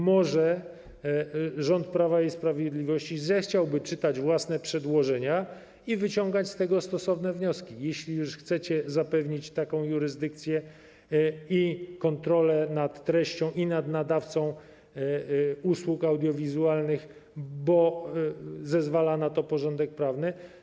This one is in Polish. Może rząd Prawa i Sprawiedliwości zechciałby czytać własne przedłożenia i wyciągać z nich stosowne wnioski, jeśli już chcecie zapewnić taką jurysdykcję i kontrolę nad treścią i nad nadawcą usług audiowizualnych, bo zezwala na to porządek prawny.